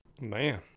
man